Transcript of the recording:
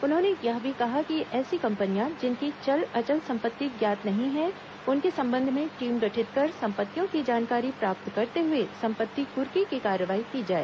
उन्होंने यह भी कहा कि ऐसी कंपनियां जिनकी चल अचल संपत्ति ज्ञात नहीं है उनके संबंध में टीम गठित कर संपत्तियों की जानकारी प्राप्त करते हए संपत्ति कुर्की की कार्यवाही की जाए